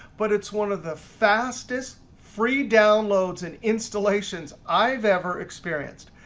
but it's one of the fastest free downloads and installations i've ever experienced.